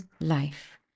life